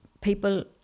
people